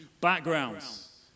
backgrounds